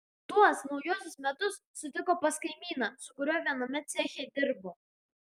tuos naujuosius metus sutiko pas kaimyną su kuriuo viename ceche dirbo